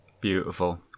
Beautiful